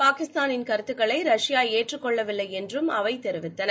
பாகிஸ்தானின் கருத்துகளை ரஷ்யா ஏற்றுக் கொள்ளவில்லை என்றும் அவை தெரிவித்தன